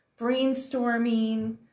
brainstorming